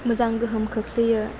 मोजां गोहोम खोख्लैयो